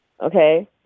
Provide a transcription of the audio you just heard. Okay